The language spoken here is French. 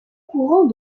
courant